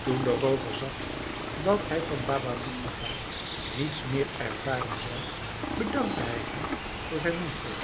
toen de roover zag dat hij van baba moestapha niets meer ervaren zou bedankte hij hem voor zijn moeite